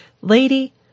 Lady